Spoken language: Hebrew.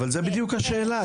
אבל זאת בדיוק השאלה.